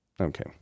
okay